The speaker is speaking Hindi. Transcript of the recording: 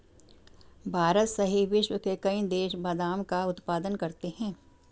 भारत सहित विश्व के कई देश बादाम का उत्पादन करते हैं